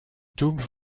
double